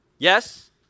Yes